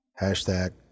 Hashtag